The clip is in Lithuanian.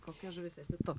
kokia žuvis esi tu